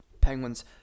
Penguins